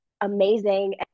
amazing